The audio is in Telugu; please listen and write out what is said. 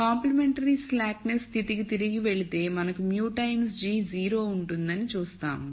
పరిపూరకరమైన మందగింపు స్థితికి తిరిగి వెళితేమనకు μ times g 0 ఉంటుందని చూసాము